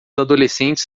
adolescentes